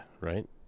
Right